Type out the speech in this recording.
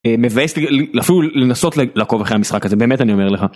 מבאס לי אפילו לנסות לעקוב אחרי המשחק הזה. באמת אני אומר לך.